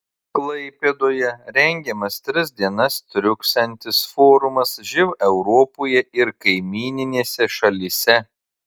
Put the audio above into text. klaipėdoje rengiamas tris dienas truksiantis forumas živ europoje ir kaimyninėse šalyse